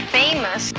famous